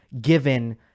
given